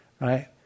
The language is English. right